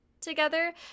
together